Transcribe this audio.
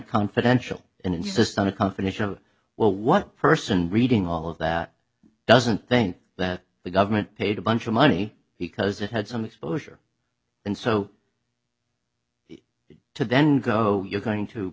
confidential and insist on a confidential well what person reading all of that doesn't think that the government paid a bunch of money because it had some exposure and so to then go you're going to